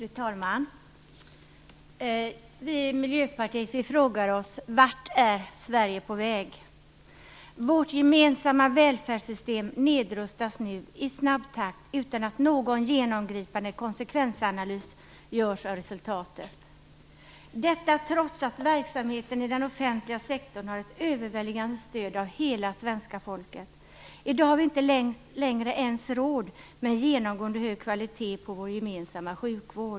Fru talman! Vi i Miljöpartiet frågar oss: Vart är Sverige på väg? Vårt gemensamma välfärdssystem nedrustas nu i snabb takt utan att någon genomgripande konsekvensanalys görs av resultatet. Detta görs trots att verksamheten i den offentliga sektorn har ett övervägande stöd av hela svenska folket. I dag har vi inte längre ens råd med en genomgripande hög kvalitet på vår gemensamma sjukvård.